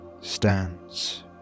stands